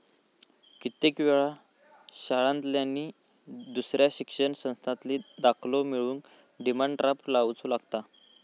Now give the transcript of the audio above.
कित्येक वेळा शाळांतल्यानी नि दुसऱ्या शिक्षण संस्थांतल्यानी दाखलो मिळवूक डिमांड ड्राफ्ट लावुचो लागता